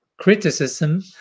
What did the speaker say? criticism